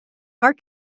are